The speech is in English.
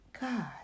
God